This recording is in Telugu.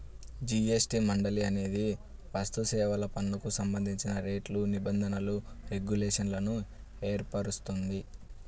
జీ.ఎస్.టి మండలి అనేది వస్తుసేవల పన్నుకు సంబంధించిన రేట్లు, నిబంధనలు, రెగ్యులేషన్లను ఏర్పరుస్తుంది